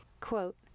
Quote